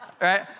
Right